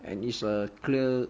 and it's a clear